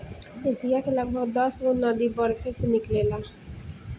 Asia के लगभग दसगो नदी बरफे से निकलेला